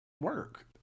work